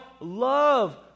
love